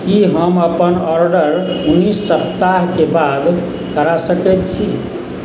की हम अपन ऑर्डर उन्नैस सप्ताहके बाद करा सकैत छी